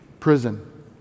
Prison